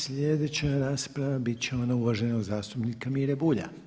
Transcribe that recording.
Sljedeća rasprava bit će ona uvaženog zastupnika Mire Bulja.